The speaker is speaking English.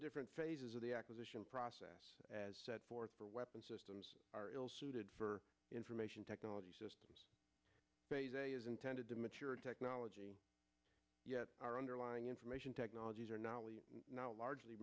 different phases of the acquisition process as set forth for weapons systems are ill suited for information technology intended to mature technology yet our underlying information technologies are not only not largely